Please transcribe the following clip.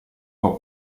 può